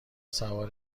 سوار